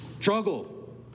struggle